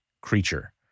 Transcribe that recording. creature